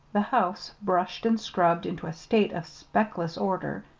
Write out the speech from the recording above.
the house, brushed and scrubbed into a state of speckless order,